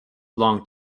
long